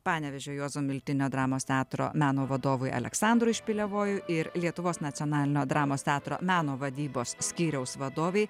panevėžio juozo miltinio dramos teatro meno vadovui aleksandrui špilevojui ir lietuvos nacionalinio dramos teatro meno vadybos skyriaus vadovei